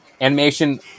animation